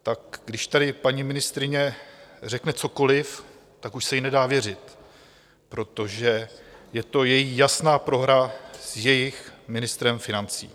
Tak když tady paní ministryně řekne cokoliv, tak už se jí nedá věřit, protože je to její jasná prohra s jejich ministrem financí.